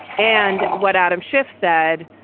and what adam schiff said,